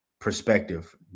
perspective